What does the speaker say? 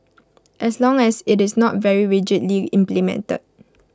as long as IT is not very rigidly implemented